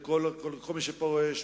לכל מי שפורש,